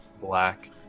black